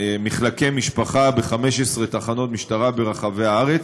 מחלקי משפחה ב-15 תחנות משטרה ברחבי הארץ.